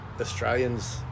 Australians